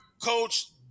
Coach